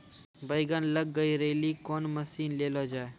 बैंगन लग गई रैली कौन मसीन ले लो जाए?